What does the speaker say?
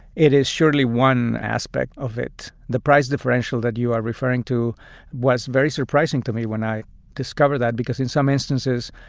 it is surely one aspect of it. the price differential that you are referring to was very surprising to me when i discovered that because, in some instances,